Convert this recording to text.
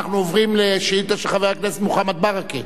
אנחנו עוברים לשאילתא של חבר הכנסת מוחמד ברכה,